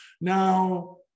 Now